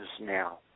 now